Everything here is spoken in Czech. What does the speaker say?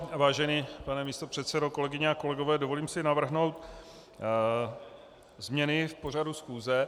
Vážený pane místopředsedo, kolegyně a kolegové, dovolím si navrhnout změny v pořadu schůze.